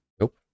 Nope